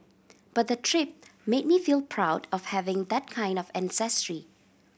but the trip made me feel proud of having that kind of ancestry